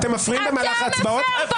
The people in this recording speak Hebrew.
אתם מפריעים במהלך ההצבעות,